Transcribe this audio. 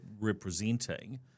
representing